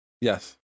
Yes